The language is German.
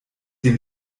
den